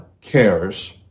cares